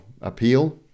appeal